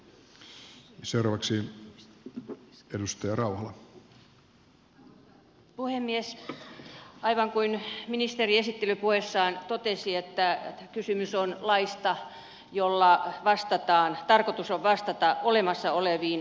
aivan kuin ministeri esittelypuheessaan totesi kysymys on laista jolla on tarkoitus vastata olemassa oleviin